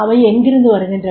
அவை எங்கிருந்து வருகின்றன